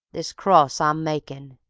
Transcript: this cross i'm makin',